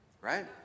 Right